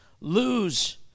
lose